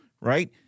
right